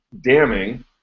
damning